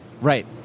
Right